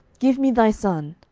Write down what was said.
give me thy son.